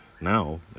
Now